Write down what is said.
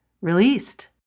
released